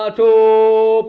ah to